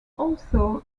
although